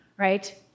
right